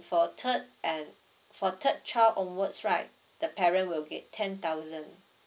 for third and for third child onwards right the parent will get ten thousand